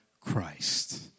Christ